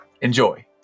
Enjoy